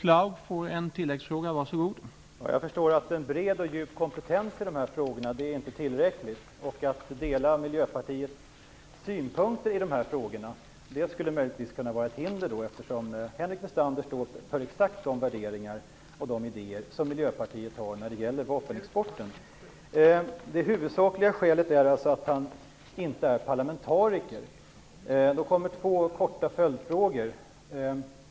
Herr talman! Jag förstår att en bred och djup kompetens i dessa frågor inte är tillräckligt och att det möjligtvis skulle kunna vara ett hinder att dela Miljöpartiets synpunkter i de här frågorna eftersom Henrik Westander står för exakt de värderingar och idéer som Miljöpartiet har när det gäller vapenexporten. Det huvudsakliga skälet är alltså att han inte är parlamentariker. Då kommer några korta följdfrågor.